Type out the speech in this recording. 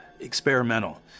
experimental